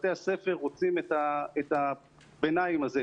בתי הספר רוצים את הביניים הזה,